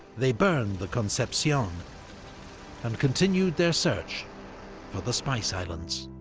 they burned the concepcion and continued their search for the spice islands.